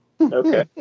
Okay